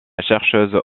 chercheuse